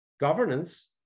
Governance